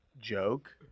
joke